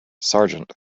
sargent